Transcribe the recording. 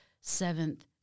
seventh